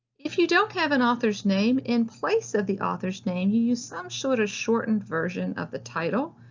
if you don't have an author's name, in place of the author's name you use some sort of shortened version of the title,